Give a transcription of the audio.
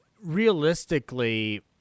realistically